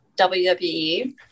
WWE